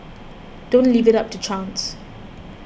don't leave it up to chance